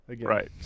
Right